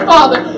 Father